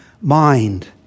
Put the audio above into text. mind